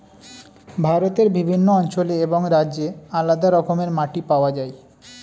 ভারতের বিভিন্ন অঞ্চলে এবং রাজ্যে আলাদা রকমের মাটি পাওয়া যায়